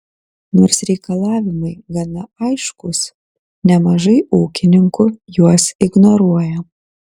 nors reikalavimai gana aiškūs nemažai ūkininkų juos ignoruoja